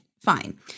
fine